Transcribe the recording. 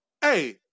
Hey